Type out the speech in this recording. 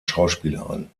schauspielerin